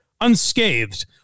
unscathed